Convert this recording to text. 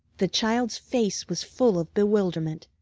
the child's face was full of bewilderment.